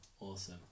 awesome